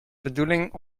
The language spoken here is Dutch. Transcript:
bedoeling